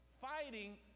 fighting